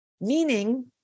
Meaning